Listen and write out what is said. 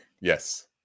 Yes